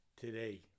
today